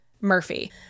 Murphy